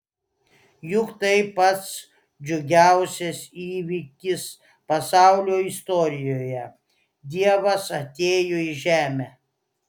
juk tai pats džiugiausias įvykis pasaulio istorijoje dievas atėjo į žemę